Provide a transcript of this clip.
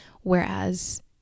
whereas